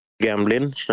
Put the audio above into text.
gambling